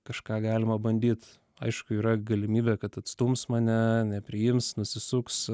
kažką galima bandyt aišku yra galimybė kad atstums mane nepriims nusisuks